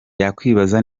yakwibaza